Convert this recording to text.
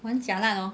!wah! 很 jialat lor